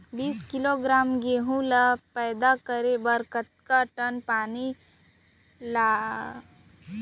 बीस किलोग्राम गेहूँ ल पैदा करे बर कतका टन पानी डाले ल लगथे?